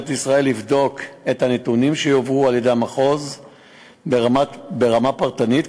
ישראל לבדוק את הנתונים שיועברו על-ידי המחוז ברמה פרטנית,